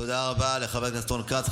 תודה רבה לחבר הכנסת רון כץ.